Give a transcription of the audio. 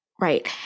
Right